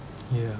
ya